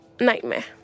nightmare